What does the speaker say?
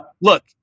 look